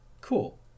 Cool